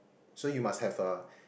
so you must have a